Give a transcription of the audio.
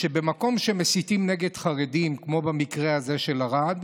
במקום שמסיתים נגד חרדים, כמו במקרה הזה של ערד,